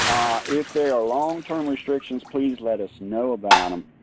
if there are long term restrictions, please let us know about them.